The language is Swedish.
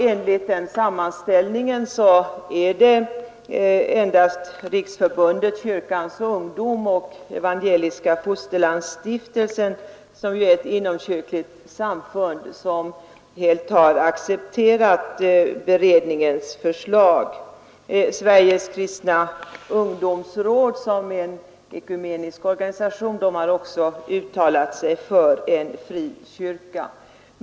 Enligt den sammanställningen är det endast Riksförbundet kyrkans ungdom och Evangeliska fosterlandsstiftelsen, som ju är ett inomkyrkligt samfund, som helt har accepterat beredningens förslag. Sveriges kristna ungdomsråd, som är en ekumenisk organisation, har också uttalat sig för en fri kyrka.